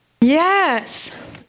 yes